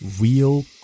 real